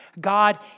God